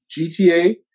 GTA